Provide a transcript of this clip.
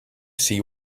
see